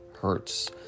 hertz